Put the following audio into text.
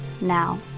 now